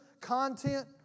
content